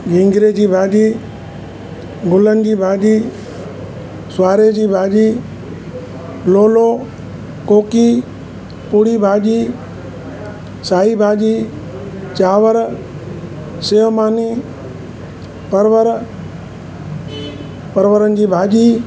गिंगरे जी भाॼी गुलनि जी भाॼी स्वारे जी भाॼी लोलो कोकी पूड़ी भाॼी साई भाॼी चांवर सेवमानी परवर परवरनि जी भाॼी